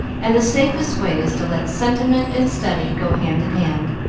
and the safest way is to let sentiment and study go hand in hand,